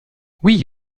oui